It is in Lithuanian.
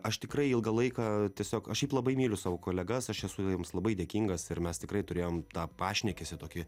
aš tikrai ilgą laiką tiesiog aš šiaip labai myliu savo kolegas aš esu jiems labai dėkingas ir mes tikrai turėjom tą pašnekesį tokį